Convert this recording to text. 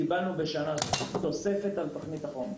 קיבלנו בשנה זו תוספת לתוכנית החומש,